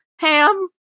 Ham